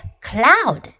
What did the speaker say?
cloud